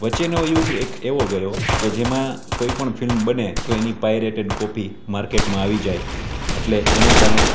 વચ્ચેનો યુગ એક એવો ગયો કે જેમાં કોઈ પણ ફિલ્મ બને તો એની પાયરેટેડ કોપી માર્કેટમાં આવી જાય એટલે એનાં કારણે